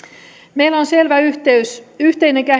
meillä on selvä yhteinen